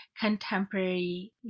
contemporary